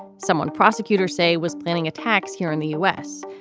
someone prosecutors say was planning attacks here in the u s.